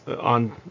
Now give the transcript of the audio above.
on